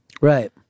Right